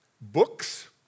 books